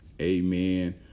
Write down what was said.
Amen